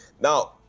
Now